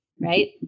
right